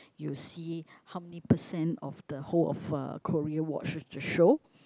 you'll see how many percent of the whole of uh Korea watches the show